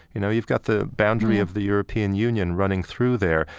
you know you've got the boundary of the european union running through there.